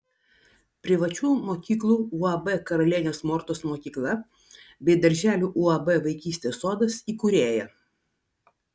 privačių mokyklų uab karalienės mortos mokykla bei darželių uab vaikystės sodas įkūrėja